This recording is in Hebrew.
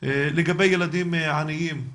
לגבי ילדים עניים.